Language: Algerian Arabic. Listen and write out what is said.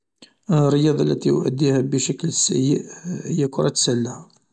الرياضة التي أؤديها بشكل سيء هي كرة السلة.